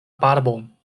barbon